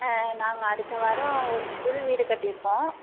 ஆ நாங்கள் அடுத்த வாரம் ஒரு புது வீடு கட்டிருக்கோம்